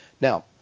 now